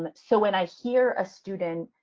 um so when i hear a student